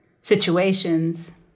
situations